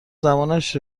زمانش